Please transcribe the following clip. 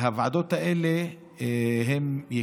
הוועדות האלה יקיימו